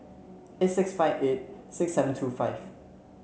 eight six five eight six seven two five